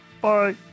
Bye